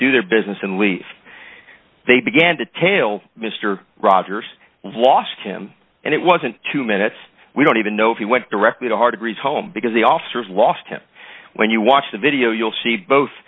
do their business and leave they began to tail mr rogers lost him and it wasn't two minutes we don't even know if he went directly to hard to reach home because the officers lost him when you watch the video you'll see both